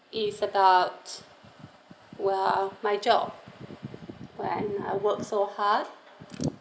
it's about well my job when I work so hard